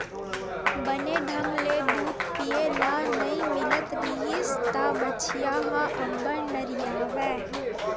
बने ढंग ले दूद पिए ल नइ मिलत रिहिस त बछिया ह अब्बड़ नरियावय